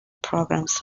programs